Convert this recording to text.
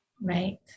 Right